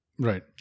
Right